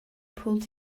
pulled